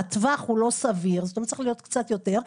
הטווח הוא לא סביר, צריך להיות קצת יותר.